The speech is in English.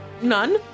none